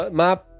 map